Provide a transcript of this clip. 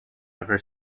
ever